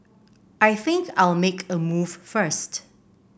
I think I'll make a move first